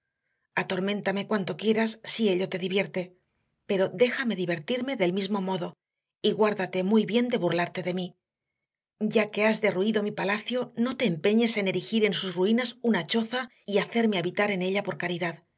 atorméntame cuanto quieras si ello te divierte pero déjame divertirme del mismo modo y guárdate muy bien de burlarte de mí ya que has derruido mi palacio no te empeñes en erigir en sus ruinas una choza y hacerme habitar en ella por caridad